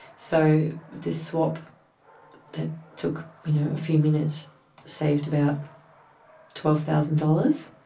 so the swap that took you know a few minutes saved about twelve thousand dollars.